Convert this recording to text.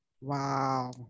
Wow